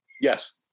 Yes